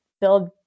build